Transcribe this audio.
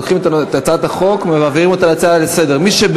לוקחים את הצעת החוק ומעבירים אותה להצעה לסדר-היום.